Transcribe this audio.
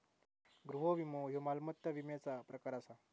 गृह विमो ह्यो मालमत्ता विम्याचा प्रकार आसा